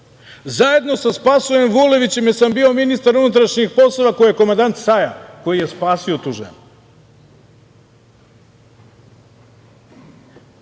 zajedno sa Spasojem Vulevićem, jer sam bio ministar unutrašnjih poslova, koji je komandant SAJA, koji je spasio tu ženu.